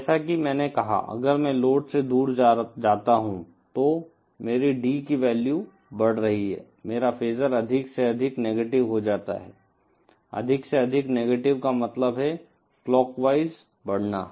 जैसा कि मैंने कहा अगर मैं लोड से दूर जाता हूं तो मेरी D की वैल्यू बढ़ रही है मेरा फेसर अधिक से अधिक नेगेटिव हो जाता है अधिक से अधिक नेगेटिव का मतलब है क्लॉकवाइज बढ़ना